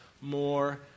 more